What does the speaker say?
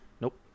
Nope